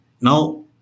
Now